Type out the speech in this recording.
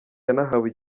yanahawe